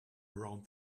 around